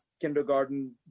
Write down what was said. kindergarten